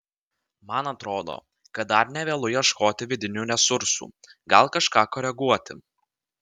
man atrodo kad dar ne vėlu ieškoti vidinių resursų gal kažką koreguoti